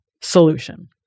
solution